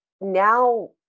now